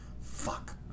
Fuck